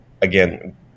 again